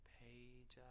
page